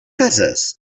cases